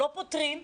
לא פוטרים,